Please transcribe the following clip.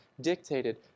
dictated